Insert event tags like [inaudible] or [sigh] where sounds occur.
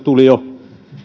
[unintelligible] tuli jo